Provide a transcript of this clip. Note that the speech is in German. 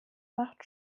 macht